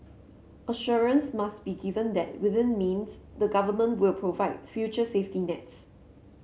assurance must be given that within means the Government will provide future safety nets